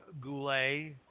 Goulet